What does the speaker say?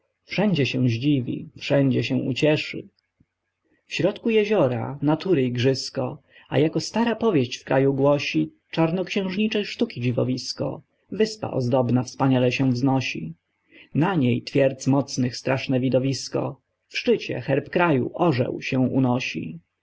wszędzie się zdziwi wszędzie się ucieszy w środku jeziora natury igrzysko a jako stara powieść w kraju głosi czarnoxiężniczej sztuki dziwowisko wyspa ozdobna wspaniale się wznosi na niej twierdz mocnych straszne widowisko w szczycie herb kraju orzeł się unosi